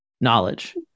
knowledge